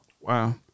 Wow